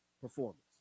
performance